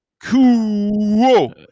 Cool